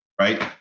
right